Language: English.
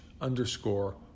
underscore